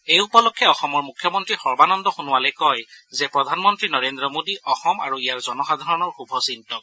এই উপলক্ষে অসমৰ মুখ্যমন্ত্ৰী সৰ্বানন্দ সোণোৱালে কয় যে প্ৰধানমন্ত্ৰী নৰেন্দ্ৰ মোদী অসম আৰু ইয়াৰ জনসাধাৰণৰ শুভ চিন্তক